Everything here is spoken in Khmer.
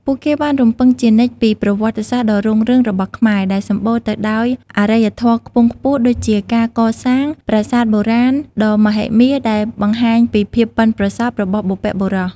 ពួកគេបានរំឭកជានិច្ចពី ប្រវត្តិសាស្ត្រដ៏រុងរឿងរបស់ខ្មែរ ដែលសម្បូរទៅដោយអរិយធម៌ខ្ពង់ខ្ពស់ ដូចជាការកសាង ប្រាសាទបុរាណ ដ៏មហិមាដែលបង្ហាញពីភាពប៉ិនប្រសប់របស់បុព្វបុរស។